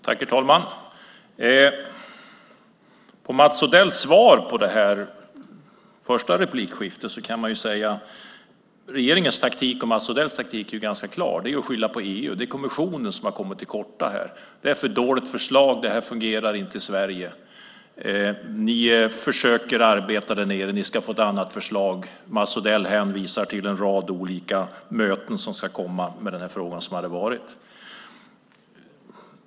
Herr talman! Efter Mats Odells svar i det första replikskiftet kan man säga att regeringens och Mats Odells taktik är ganska klar. Det är att skylla på EU. Det är kommissionen som har kommit till korta här. Det är ett för dåligt förslag. Det fungerar inte i Sverige. Ni försöker arbeta där nere. Ni ska få ett annat förslag. Mats Odell hänvisar till en rad olika möten som ska komma i den här frågan.